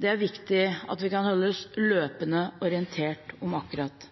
Det er viktig at vi kan holdes løpende orientert om akkurat